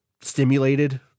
stimulated